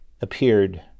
appeared